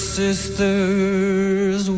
sisters